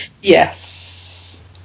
Yes